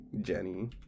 Jenny